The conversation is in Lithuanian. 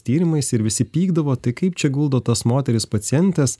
tyrimais ir visi pykdavo tai kaip čia guldo tas moteris pacientes